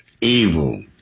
evil